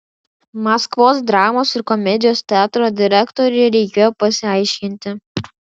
maskvos dramos ir komedijos teatro direktoriui reikėjo pasiaiškinti